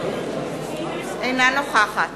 אינה נוכחת